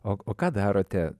o o ką darote